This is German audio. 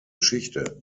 geschichte